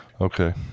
Okay